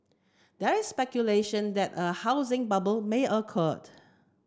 there is speculation that a housing bubble may occur